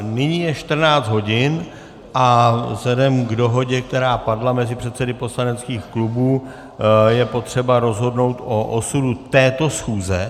Nyní je 14 hodin a vzhledem k dohodě, která padla mezi předsedy poslaneckých klubů, je potřeba rozhodnout o osudu této schůze.